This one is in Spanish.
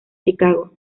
chicago